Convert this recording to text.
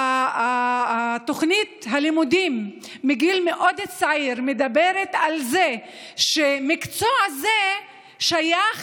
כשתוכנית הלימודים מגיל מאוד צעיר מדברת על זה שהמקצוע הזה שייך